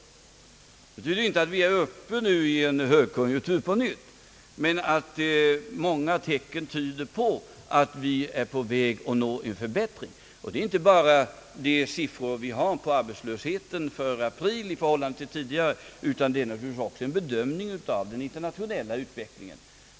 Det betyder inte att vi är inne i en högkonjunktur på nytt men att många tecken tyder på att vi är på väg mot en förbättring. Det är inte bara de arbetslöshetssiffror vi har från april månad i förhållande till tidigare månader som tyder på det, utan bakom ligger också en bedömning av den internationella utvecklingen.